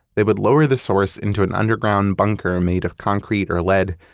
they would lower the source into an underground bunker made of concrete or lead,